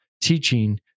teaching